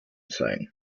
sein